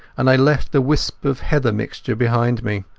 and i left a wisp of heather-mixture behind me.